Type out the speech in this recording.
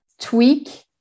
tweak